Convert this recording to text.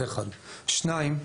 שנית,